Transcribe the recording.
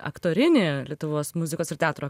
aktorinį lietuvos muzikos ir teatro